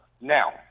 Now